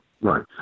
right